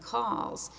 call's